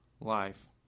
life